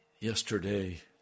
Yesterday